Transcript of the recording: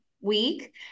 week